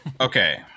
Okay